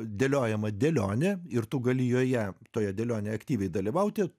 dėliojama dėlionė ir tu gali joje toje dėlionėje aktyviai dalyvauti